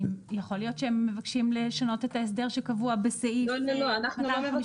יכול להיות שהם מבקשים לשנות את ההסדר שקבוע בסעיף 253(ב).